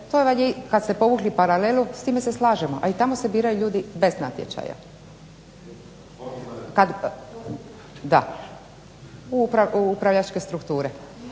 tvrtki, kada ste povukli paralelu s time se slažemo, a i tamo se biraju ljudi bez natječaja. U upravljačke strukture.